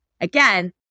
Again